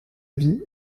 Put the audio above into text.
vie